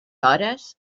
hores